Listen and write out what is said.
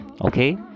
okay